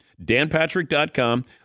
danpatrick.com